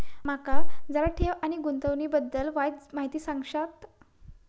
माका जरा ठेव आणि गुंतवणूकी बद्दल वायचं माहिती सांगशात?